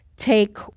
Take